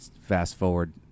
fast-forward